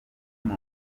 imwe